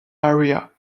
area